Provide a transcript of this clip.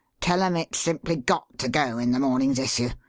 tell em it's simply got to go in the morning's issue.